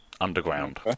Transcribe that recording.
Underground